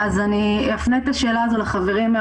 זה לא אומר שלא היו ולא